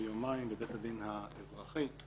בבית הדין בצה"ל ויומיים בבית הדין האזרחי.